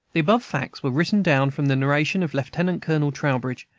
the above facts were written down from the narration of lieutenant-colonel trowbridge,